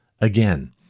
again